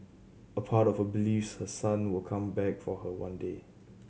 a part of her believes her son will come back for her one day